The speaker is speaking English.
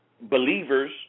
believers